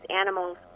animals